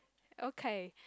okay